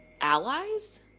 allies